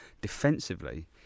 defensively